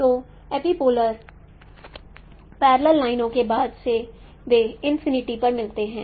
तो epipolar parallel लाइनो के बाद से वे इनफिनिटी पर मिलते हैं